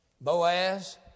Boaz